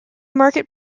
market